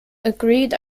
agreed